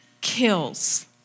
kills